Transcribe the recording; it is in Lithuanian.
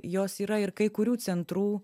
jos yra ir kai kurių centrų